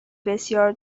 بسیار